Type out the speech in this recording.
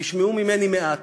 תשמעו ממני מעט,